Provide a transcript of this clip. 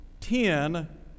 ten